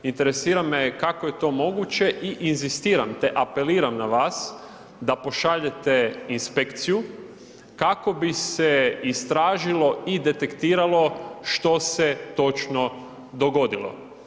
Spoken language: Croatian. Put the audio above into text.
Interesira me kako je to moguće i inzistiram te apeliram na vas da pošaljete inspekciju kako bi se istražilo i detektiralo što se točno dogodilo.